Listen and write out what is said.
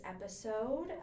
episode